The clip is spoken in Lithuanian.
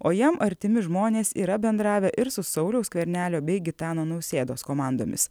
o jam artimi žmonės yra bendravę ir su sauliaus skvernelio bei gitano nausėdos komandomis